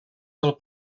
del